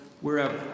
wherever